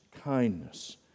kindness